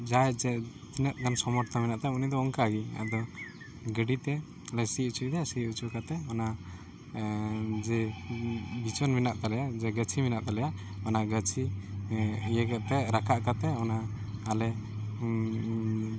ᱡᱟᱦᱟᱸᱭ ᱡᱮ ᱛᱤᱱᱟᱹᱜ ᱜᱟᱱ ᱥᱟᱢᱚᱨᱛᱷᱚ ᱢᱮᱱᱟᱜ ᱛᱟᱭ ᱩᱱᱤ ᱫᱚ ᱚᱱᱠᱟ ᱜᱮ ᱟᱫᱚ ᱜᱟᱹᱰᱤ ᱛᱮ ᱞᱮ ᱥᱤ ᱚᱪᱚᱭᱮᱫᱟ ᱥᱤ ᱚᱪᱚ ᱠᱟᱛᱮ ᱚᱱᱟ ᱡᱮ ᱵᱤᱪᱷᱚᱱ ᱢᱮᱱᱟᱜ ᱛᱟᱞᱮᱭᱟ ᱡᱮ ᱜᱟᱹᱪᱷᱤ ᱢᱮᱱᱟᱜ ᱛᱟᱞᱮᱭᱟ ᱚᱱᱟ ᱜᱟᱹᱪᱷᱤ ᱤᱭᱟᱹ ᱠᱟᱛᱮ ᱨᱟᱠᱟᱵ ᱠᱟᱛᱮ ᱚᱱᱟ ᱟᱞᱮ